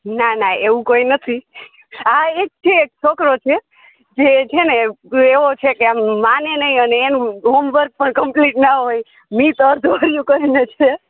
ના ના એવુ કોઈ નથી હા એક છે એક છોકરો છે જે છેને એવો છે કે આમ માને નહીં અને એનું હોમવર્ક પણ કમ્પ્લીટ ના હોય મિત અધ્વર્યુ કરીને છે